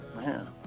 Man